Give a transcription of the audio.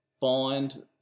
Find